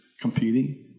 competing